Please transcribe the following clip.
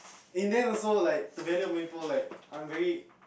in them also like to many people like I'm very